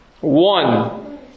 One